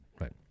right